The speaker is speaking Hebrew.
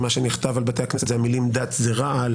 כי מה שנכתב על בתי הכנסת זה המילים "דת זה רעל",